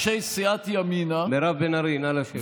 באו אליי אנשי סיעת ימינה מירב בן ארי, נא לשבת.